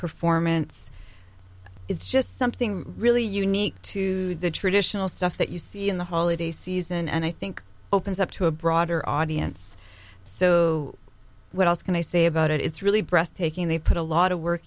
performance it's just something really unique to the traditional stuff that you see in the holiday season and i think opens up to a broader audience so what else can i say about it it's really breathtaking they put a lot of work